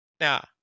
Now